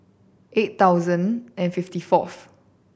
eight thousand and fifty fourth